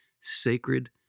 sacred